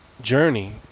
journey